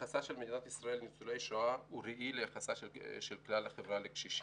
יחסה של מדינת ישראל לניצולי השואה הוא ראי ליחסה של כלל החברה לקשישים.